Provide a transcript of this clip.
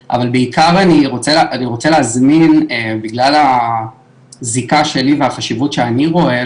אבל בעיקר אני רוצה להזמין בגלל הזיקה שלי והחשיבות שאני רואה,